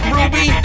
Ruby